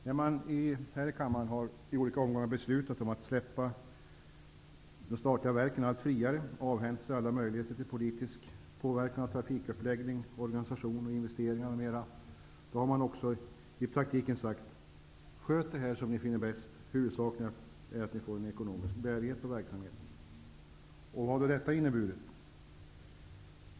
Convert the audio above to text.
När man här i olika omgångar har beslutat om att släppa de statliga verken allt friare och avhänt sig alla möjligheter till politisk påverkan av trafikuppläggning, organisation, investeringar m.m., har man också i praktiken sagt: Sköt det här som ni finner bäst, huvudsaken är att ni får ekonomisk bärighet på verksamheten! Vad har då detta inneburit?